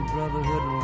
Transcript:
Brotherhood